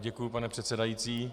Děkuji, pane předsedající.